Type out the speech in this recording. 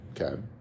okay